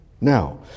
Now